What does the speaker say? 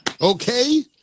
Okay